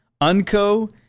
Unco